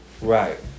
Right